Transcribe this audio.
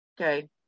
okay